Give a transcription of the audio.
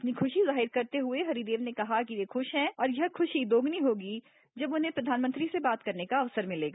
अपनी ख्शी जाहिर करते हए हरिदेव ने कहा कि वे खुश हैं और यह खुशी दोगुनी होगी जब उन्हें प्रधानमंत्री से बात करने का अवसर मिलेगा